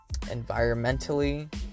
environmentally